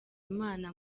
imana